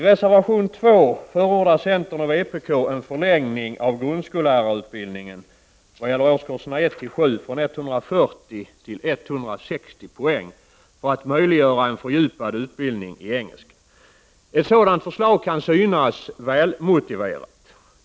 I reservation 2 förordar centern och vpk en förlängning av grundskollärarutbildningen när det gäller årskurserna 1-7 från 140 till 160 poäng för att möjliggöra en fördjupad utbildning i engelska. Ett sådant förslag kan synas välmotiverat.